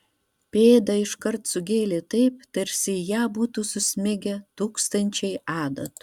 pėdą iškart sugėlė taip tarsi į ją būtų susmigę tūkstančiai adatų